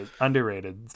underrated